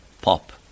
Pop